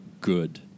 good